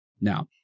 Now